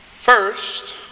First